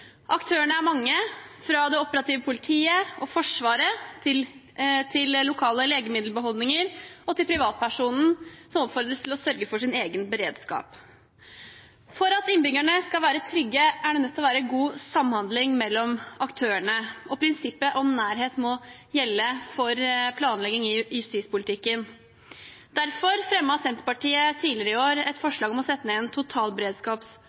Aktørene er mange – fra det operative politiet og Forsvaret til lokale legemiddelbeholdninger og privatpersonen som oppfordres til å sørge for sin egen beredskap. For at innbyggerne skal være trygge, må det være god samhandling mellom aktørene, og prinsippet om nærhet må gjelde for planlegging i justispolitikken. Derfor fremmet Senterpartiet tidligere i år et forslag om å sette ned en